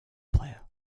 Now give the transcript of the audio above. player